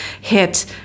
hit